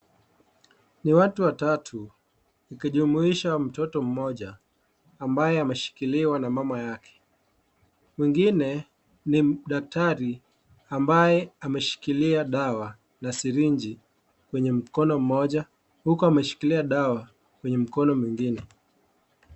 Ni watu watatu ukijumuisha mtoto mmoja ambaye ameshikiliwa na mama yake, mwingine ni daktari ambaye ameshikilia dawa na sirinji kwenye mkono mmoja huku ameshikilia dawa kwenye mkono mwingine.